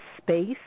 space